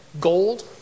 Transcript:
Gold